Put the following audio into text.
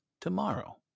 tomorrow